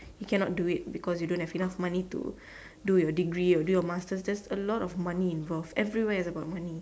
you cannot do it because you don't have enough money to do your degree or do your masters there's a lot of money involved everywhere is about money